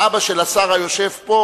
האבא של השר היושב פה,